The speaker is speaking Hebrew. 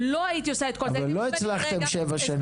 אם לא הייתי עושה את כל זה --- אבל לא עשיתם את זה שבע שנים.